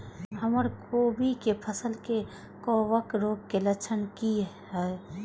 हमर कोबी के फसल में कवक रोग के लक्षण की हय?